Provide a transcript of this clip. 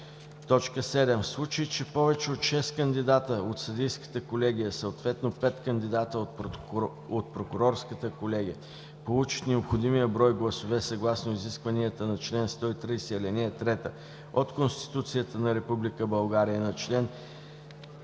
7. В случай че повече от шест кандидати от съдийската колегия, съответно пет кандидати от прокурорската колегия получат необходимия брой гласове съгласно изискванията на чл. 130, ал. 3 от Конституцията на Република България и на чл. 19б